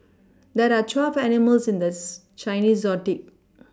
there are twelve animals in the Chinese zodiac